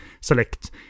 select